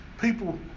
people